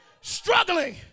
struggling